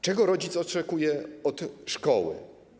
Czego rodzic oczekuje od szkoły?